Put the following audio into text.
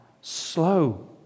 slow